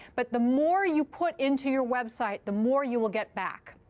but the more you put into your website, the more you will get back.